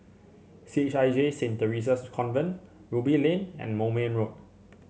C H I J Saint Theresa's Convent Ruby Lane and Moulmein Road